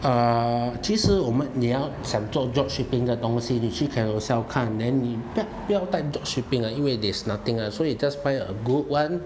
uh 其实我们你要像做 drop shipping 的东西你去 Carousell 看 then 你不要带 drop shipping lah 因为 there's nothing ah so you just buy a good [one]